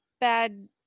bad